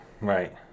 Right